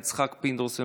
יצחק פינדרוס,